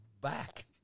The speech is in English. back